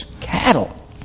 cattle